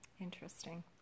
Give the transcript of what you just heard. Interesting